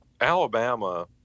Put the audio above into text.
Alabama